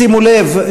שימו לב,